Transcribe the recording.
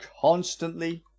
constantly